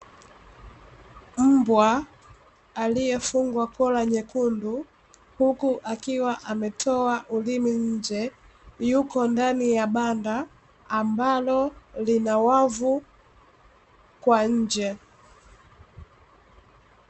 Mbwa aliyefungwa kola nyekundu, huku akiwa ametoa ulimi nje, yuko ndani ya banda ambalo lina wavu kwa nje.